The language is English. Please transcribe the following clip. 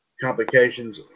complications